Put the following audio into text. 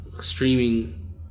streaming